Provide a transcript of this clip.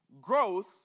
growth